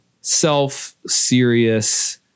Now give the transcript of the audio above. self-serious